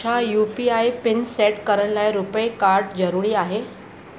छा U P I pin set करण लाइ रुपे कार्ड ज़रूरी आहे